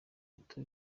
bato